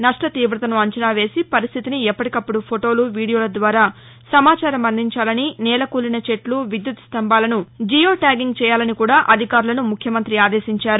నష్ట తీవతను అంచనావేసి పరిస్థితిని ఎప్పటికప్పుడు ఫొటోలు వీడియోల ద్వారా సమాచారం అందించాలని నేలకూలిన చెట్లు విద్యుత్స్థంబాలను జియోట్యాగింగ్ చేయాలని కూడా అధికారులను ముఖ్యమంత్రి ఆదేశించారు